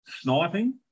sniping